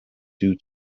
due